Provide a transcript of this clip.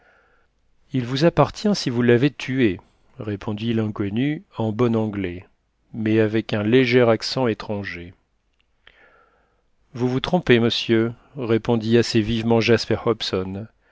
il vous appartient si vous l'avez tué répondit l'inconnu en bon anglais mais avec un léger accent étranger vous vous trompez monsieur répondit assez vivement jasper hobson